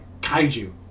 kaiju